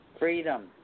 Freedom